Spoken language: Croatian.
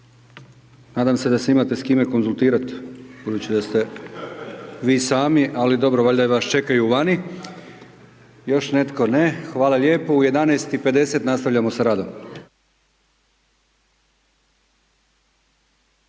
nadam se da se imate s kime konzultirat, budući da ste vi sami, ali dobro, valjda vas čekaju vani, Još netko? Ne. Hvala lijepo, u 11 i 50 nastavljamo s radom.